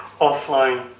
offline